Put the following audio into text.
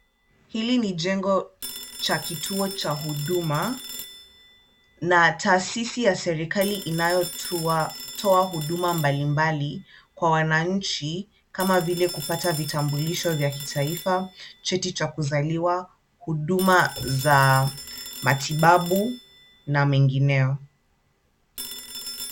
Hili ni jengo cha kituo cha huduma na taasisi ya serikali inayotoa huduma mbali mbali kwa wananchi kama vile kupata vitambulisho vya kitaifa, cheti cha kuzaliwa, huduma za matibabu na mengineo.